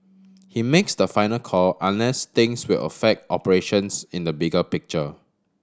he makes the final call unless things will affect operations in the bigger picture